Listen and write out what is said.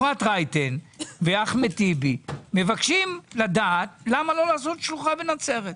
אפרת רייטן ואחמד טיבי מבקשים לדעת למה לא לעשות שלוחה בנצרת.